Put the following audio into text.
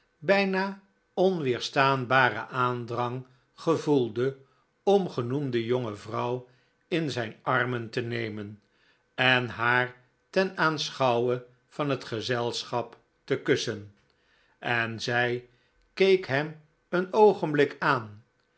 bijna onweerstaanbaren aandrang gevoelde om genoemde jonge vrouw in zijn armen te nemen en haar ten aanschouwe van het gezelschap te kussen en zij keek hem een oogenblik aan